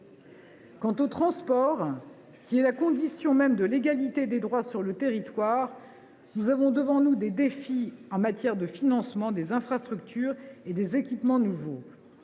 domaine du transport, qui est la condition même de l’égalité des droits sur le territoire, nous avons devant nous des défis en matière de financement des infrastructures et des nouveaux